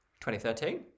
2013